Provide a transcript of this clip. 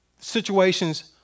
situations